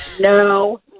No